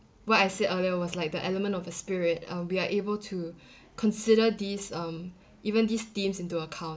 what I said earlier was like the element of the spirit uh we are able to consider these um even these themes into account